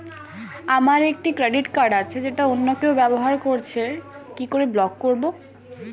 আমার একটি credit card আছে যেটা অন্য কেউ ব্যবহার করছে কি করে ব্লক করবো?